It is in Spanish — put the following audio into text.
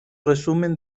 resumen